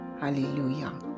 Hallelujah